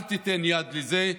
אל תיתן יד לזה,